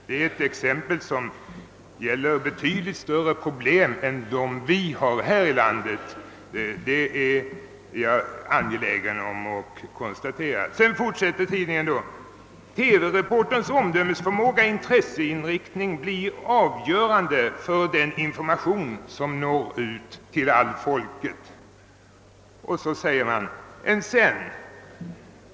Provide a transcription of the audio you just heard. Detta exempel gäller betydligt större problem än dem vi har i Sverige, det är jag angelägen om att påpeka. Tidningen fortsätter sedan: »TV-reporterns omdömesförmåga, intresseinriktning, blir avgörande för den information som når ut till folket.» Och man fortsätter: »äÄn sen?